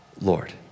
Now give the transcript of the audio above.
Lord